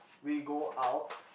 we go out